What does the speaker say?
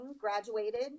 graduated